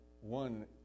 one